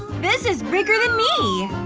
this is bigger than me!